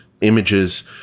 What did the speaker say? images